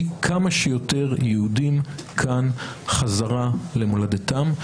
כמה שיותר יהודים כאן חזרה למולדתם.